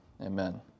Amen